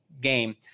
game